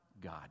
God